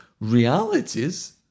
realities